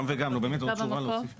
גם וגם, נו, באמת, להוסיף עוד שורה.